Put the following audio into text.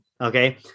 okay